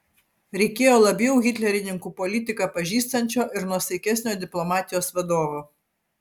reikėjo labiau hitlerininkų politiką pažįstančio ir nuosaikesnio diplomatijos vadovo